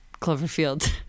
Cloverfield